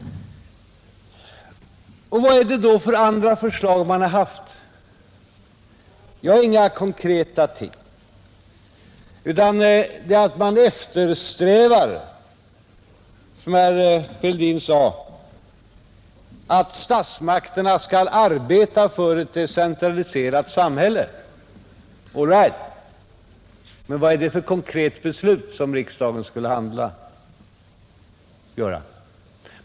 Och vad är det då för andra förslag centern har framfört? Ja, inga konkreta ting, utan det är att man eftersträvar, som herr Fälldin sade, att statsmakterna skall arbeta för ett decentraliserat samhälle. All right — men vad är det för konkreta beslut som riksdagen skulle fatta?